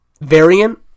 variant